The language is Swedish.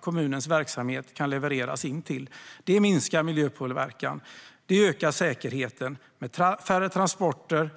kommunens verksamheter kan levereras till. Det minskar miljöpåverkan och ökar säkerheten genom färre transporter.